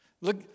Look